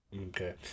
Okay